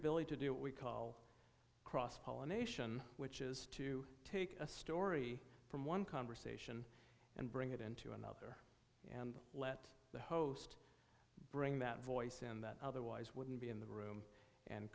ability to do what we call cross pollination which is to take a story from one conversation and bring it into another and let the host bring that voice in that otherwise wouldn't be in the room and